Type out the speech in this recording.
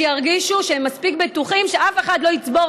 שירגישו שהם מספיק בטוחים בכך שאף אחד לא יצבור